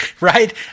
right